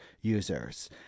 users